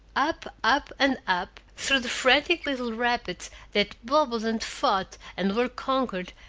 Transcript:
up, up, and up, through the frantic little rapids that bubbled and fought and were conquered,